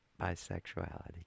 bisexuality